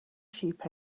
sheep